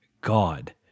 God